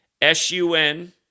s-u-n